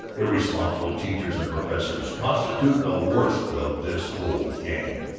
irresponsible teachers and professors constitute the worst of this whole gang,